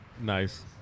Nice